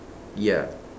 ya